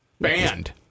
banned